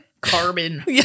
carbon